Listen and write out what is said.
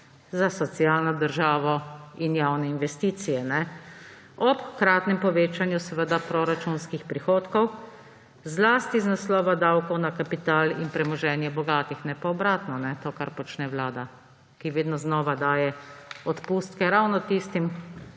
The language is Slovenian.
za socialno državo in javne investicije ob hkratnem povečanju seveda proračunskih prihodkov, zlasti iz naslova davkov na kapital in premoženje bogatih, ne pa obratno; to, kar počne Vlada, ki vedno znova daje odpustke ravno tistim,